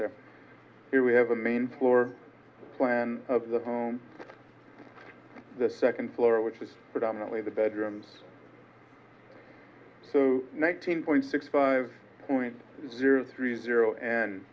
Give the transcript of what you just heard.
there we have a main floor plan of the home the second floor which is predominantly the bedrooms so nineteen point six five point zero three zero and